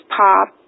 pop